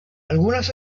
algunas